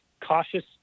cautious